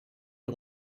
and